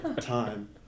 Time